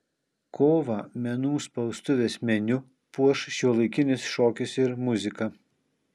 kovą menų spaustuvės meniu puoš šiuolaikinis šokis ir muzika